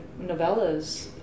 novellas